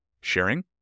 sharing